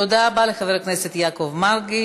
תודה רבה לחבר הכנסת יעקב מרגי.